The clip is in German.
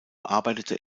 arbeitete